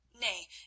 Nay